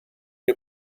you